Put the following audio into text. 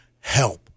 help